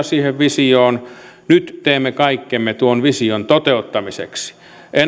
siihen visioon nyt teemme kaikkemme tuon vision toteuttamiseksi